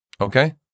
Okay